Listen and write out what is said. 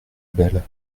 belles